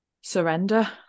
surrender